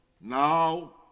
Now